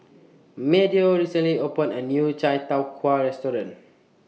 Meadow recently opened A New Chai Tow Kway Restaurant